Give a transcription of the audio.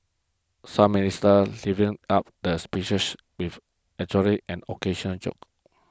some ministers livened up the speeches with actually and occasional joke